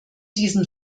diesen